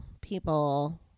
people